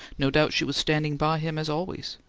no doubt she was standing by him as always.